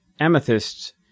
Amethysts